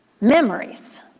memories